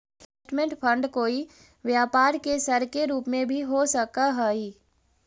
investment fund कोई व्यापार के सर के रूप में भी हो सकऽ हई